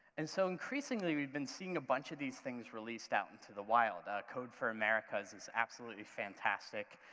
and so increasingly we've been seeing a bunch of these things released out into the wild. code for americas is absolutely fantastic.